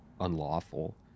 unlawful